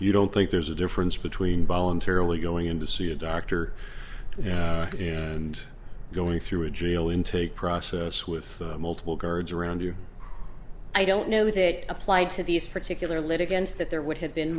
you don't think there's a difference between voluntarily going in to see a doctor and going through a jail intake process with multiple guards around you i don't know that applied to these particular litigants that there would have been